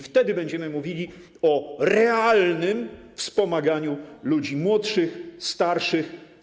Wtedy będziemy mówili o realnym wspomagania ludzi młodszych, starszych.